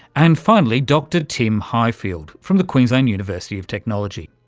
and finally dr tim highfield from the queensland university of technology.